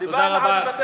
תודה רבה.